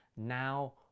now